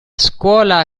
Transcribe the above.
scuola